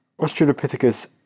Australopithecus